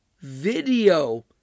video